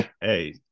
hey